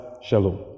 shalom